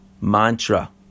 mantra